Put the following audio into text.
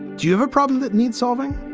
do you have a problem that needs solving?